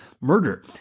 murder